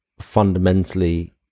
fundamentally